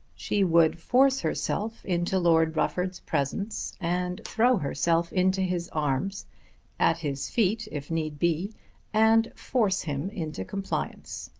she would force herself into lord rufford's presence and throw herself into his arms at his feet if need be and force him into compliance.